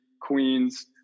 Queens